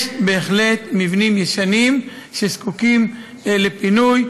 יש בהחלט מבנים ישנים שזקוקים לפינוי,